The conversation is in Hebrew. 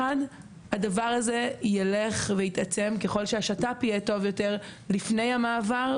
הדבר הזה ילך ויתעצם ככל שהשת"פ יהיה טוב יותר לפני המעבר.